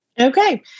Okay